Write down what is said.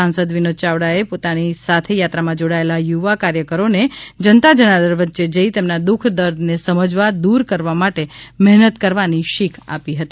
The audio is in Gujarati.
સાંસદ વિનોદ યાવડાએ પોતાની સાથે યાત્રામાં જોડાયેલા યુવા કાર્યકરોને જનતા જનાર્દન વચ્ચે જઈ તેમના દુઃખ દર્દને સમજવા દૂર કરવા માટે મહેનત કરવા શીખ આપી હતી